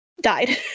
died